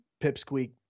Pipsqueak